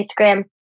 Instagram